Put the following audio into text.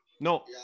No